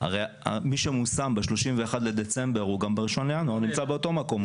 הרי מי שמושם ב-31 בדצמבר הוא גם ב-1 בינואר נמצא באותו מקום,